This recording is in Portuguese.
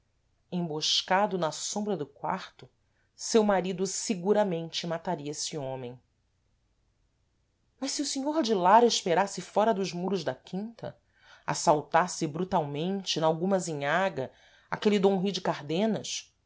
emboscado na sombra do quarto seu marido seguramente mataria êsse homem mas se o senhor de lara esperasse fóra dos muros da quinta assaltasse brutalmente nalguma azinhaga aquele d rui de cardenas